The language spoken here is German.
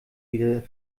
wieder